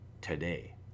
today